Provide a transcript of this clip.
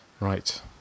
Right